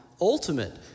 ultimate